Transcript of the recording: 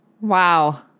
Wow